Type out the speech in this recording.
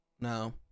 No